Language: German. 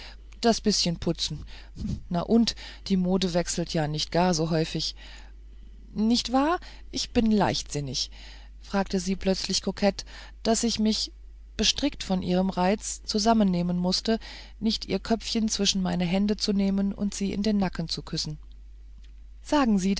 das bißchen putz na und die moden wechseln ja nicht gar so häufig nicht wahr ich bin leichtsinnig fragte sie plötzlich kokett daß ich mich bestrickt von ihrem reiz zusammennehmen mußte nicht ihr köpfchen zwischen meine hände zu nehmen und sie in den nacken zu küssen sagen sie